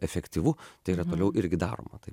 efektyvu tai yra toliau irgi daroma tai